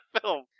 film